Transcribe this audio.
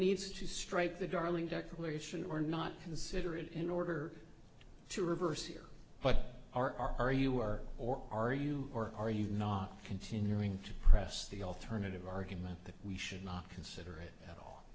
needs to strike the darling declaration or not consider it in order to reverse here but are are you are or are you or are you not continuing to press the alternative argument that we should not consider it at all